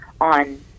on